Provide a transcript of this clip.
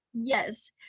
Yes